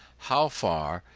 how far,